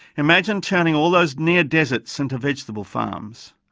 imagine turning all those near deserts into vegetable farms.